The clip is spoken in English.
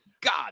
God